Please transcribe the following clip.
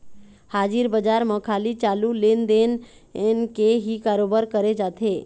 हाजिर बजार म खाली चालू लेन देन के ही करोबार करे जाथे